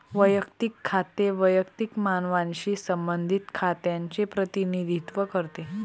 वैयक्तिक खाते वैयक्तिक मानवांशी संबंधित खात्यांचे प्रतिनिधित्व करते